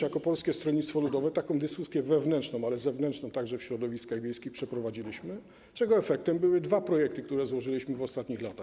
Jako Polskie Stronnictwo Ludowe taką dyskusję wewnętrzną, ale i zewnętrzną w środowiskach wiejskich również przeprowadziliśmy, czego efektem były dwa projekty, które złożyliśmy w ostatnich latach.